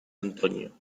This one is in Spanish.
antonio